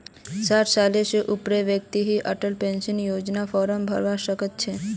साठ साल स ऊपरेर व्यक्ति ही अटल पेन्शन योजनार फार्म भरवा सक छह